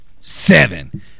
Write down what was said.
seven